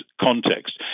context